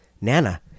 Nana